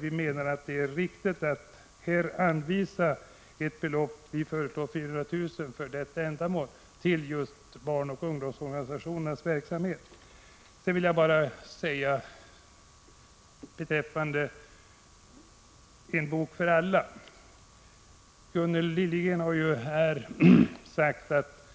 Vi anser att man bör anvisa ett belopp av 400 000 kr. till barnoch ungdomsorganisationernas verksamhet. Sedan vill jag bara säga några ord beträffande ”En bok för alla”. Gunnel Liljegren har här sagt att